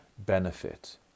Benefit